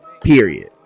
period